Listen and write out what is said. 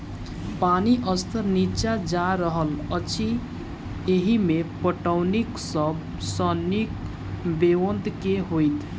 पानि स्तर नीचा जा रहल अछि, एहिमे पटौनीक सब सऽ नीक ब्योंत केँ होइत?